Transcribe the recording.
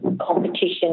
competition